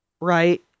Right